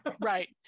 Right